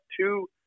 two